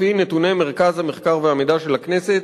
לפי נתוני מרכז המחקר והמידע של הכנסת,